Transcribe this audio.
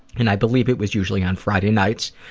and i believe it was usually on friday nights,